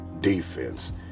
defense